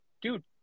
dude